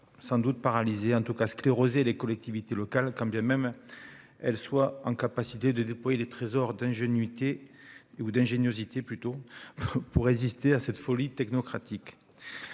sans doute paralyser et scléroser les collectivités locales, quand bien même elles seraient capables de déployer des trésors d'ingéniosité pour résister à cette folie technocratique.